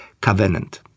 covenant